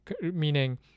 Meaning